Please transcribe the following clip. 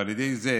ועל ידי זה